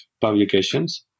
publications